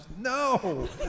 No